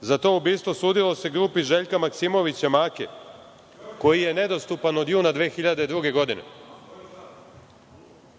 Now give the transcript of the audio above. Za to ubistvo sudilo se grupi Željka Maksimovića Make koji je nedostupan od juna 2002. godine.